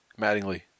Mattingly